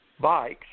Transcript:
bikes